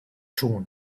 chua